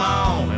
on